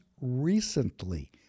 recently